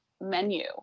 menu